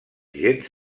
gens